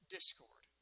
Discord